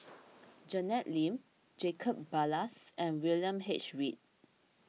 Janet Lim Jacob Ballas and William H Read